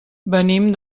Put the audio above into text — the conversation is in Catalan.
venim